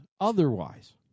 otherwise